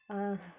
uh